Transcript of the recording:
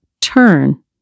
turn